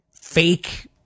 fake